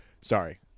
Sorry